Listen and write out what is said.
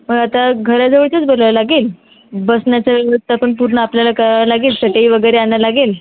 पण आता घराजवळचंच बोलवावं लागेल बसण्याचा व्यवस्था पण पूर्ण आपल्याला करावं लागेल चटई वगैरे आणावी लागेल